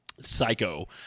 Psycho